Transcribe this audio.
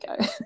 go